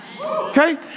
Okay